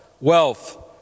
wealth